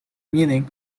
meaning